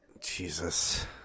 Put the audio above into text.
Jesus